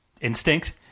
instinct